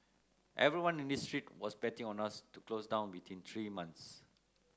everyone in this street was betting on us to close down within three months